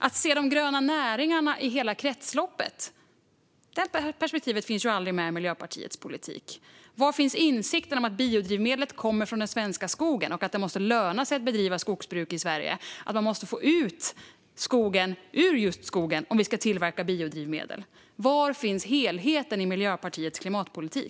Man ser inte de gröna näringarna i hela kretsloppet; det perspektivet finns aldrig med i Miljöpartiets politik. Var finns insikten om att biodrivmedlet kommer från den svenska skogen och att det måste löna sig att bedriva skogsbruk i Sverige? Man måste få ut skogen ur skogen om vi ska tillverka biodrivmedel. Var finns helheten i Miljöpartiets klimatpolitik?